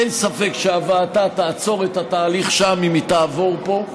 אין ספק שהוועדה תעצור את התהליך שם אם היא תעבור פה,